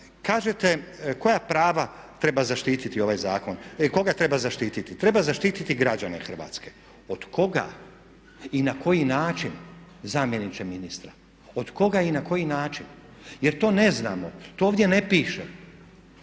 Kažete koja prava treba zaštititi ovaj zakon, koga treba zaštititi? Treba zaštititi građane Hrvatske. Od koga i na koji način, zamjeniče ministra? Od koga i na koji način? Jer to ne znamo, to ovdje ne piše.